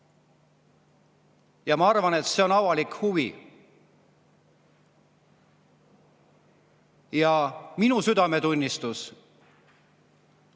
Ma arvan, et see on avalik huvi. Ja minu südametunnistus